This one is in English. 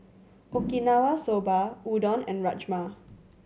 Okinawa Soba Udon and Rajma